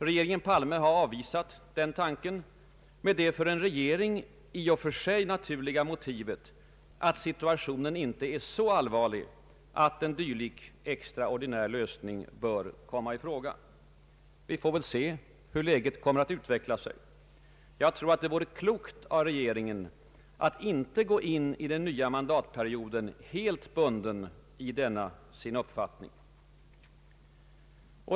Regeringen Palme har avvisat den tanken med det för en regering i och för sig naturliga motivet, att situationen inte är så allvarlig, att en dylik extraordinär lösning bör komma i fråga. Vi får väl se hur läget kommer att utvecklas. Jag tror, att det vore klokt av regeringen att inte gå in i den nya mandatperioden helt bunden i denna sin uppfattning.